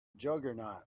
juggernaut